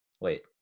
Wait